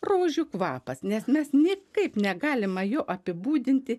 rožių kvapas nes mes niekaip negalim jo apibūdinti